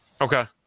Okay